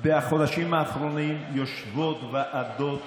בחודשים האחרונים יושבות ועדות